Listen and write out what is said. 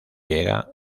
llega